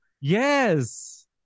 yes